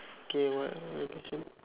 K what what your question